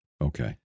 Okay